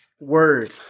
Word